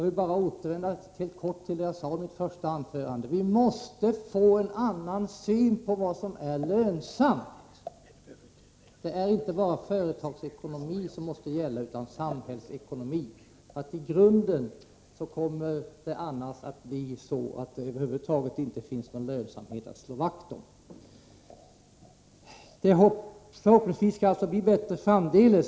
Helt kort skall jag beröra vad jag sade i mitt första anförande. Vi måste få en annan syn på vad som är lönsamt. Det är inte bara företagsekonomin som gäller utan också samhällsekonomin. I grunden kommer det annars inte att finnas någon lönsamhet över huvud taget att slå vakt om. Förhoppningvis blir det bättre framdeles.